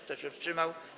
Kto się wstrzymał?